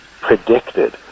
predicted